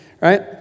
right